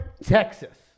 Texas